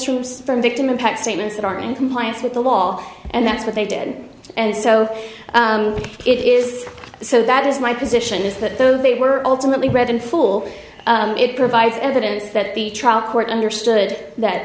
streams from victim impact statements that are in compliance with the law and that's what they did and so it is so that is my position is that though they were ultimately read in full it provides evidence that the trial court understood that